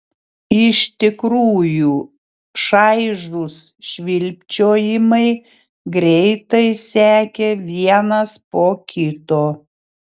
iš tikrųjų šaižūs švilpčiojimai greitai sekė vienas po kito